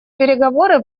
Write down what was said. переговоры